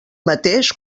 mateix